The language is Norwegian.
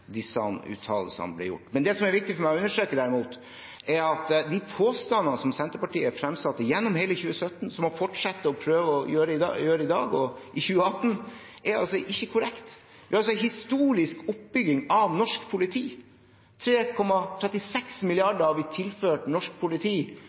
disse uttalelsene ble gitt. Det som er viktig for meg å understreke, derimot, er at de påstandene som Senterpartiet har fremsatt gjennom hele 2017, og som de har fortsatt med å prøve å gjøre i dag, i 2018, ikke er korrekte. Vi har en historisk oppbygging av norsk politi. 3,36